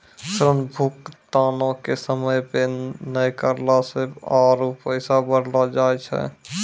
ऋण भुगतानो के समय पे नै करला से आरु पैसा बढ़लो जाय छै